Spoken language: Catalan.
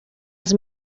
els